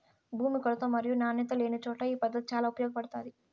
భూమి కొరత మరియు నాణ్యత లేనిచోట ఈ పద్దతి చాలా ఉపయోగపడుతాది